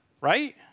Right